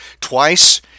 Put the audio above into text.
Twice